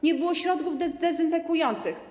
Nie było środków dezynfekujących.